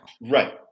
Right